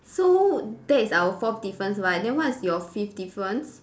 so that is our fourth difference right then what is your fifth difference